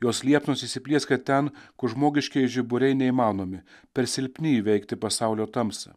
jos liepsnos įsiplieskia ten kur žmogiškieji žiburiai neįmanomi per silpni įveikti pasaulio tamsą